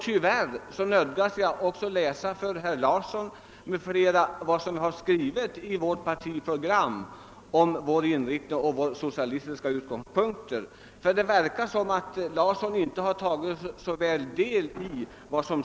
Tyvärr nödgas jag emellertid läsa upp för herr Larsson m.fl. vad som har skrivits i det socialdemokratiska partiprogrammet om vår inriktning och vår socialistiska utgångspunkt; det verkar som om herr Larsson inte hade så väl reda på den saken.